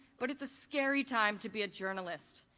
but it's a scary time to be a journalist.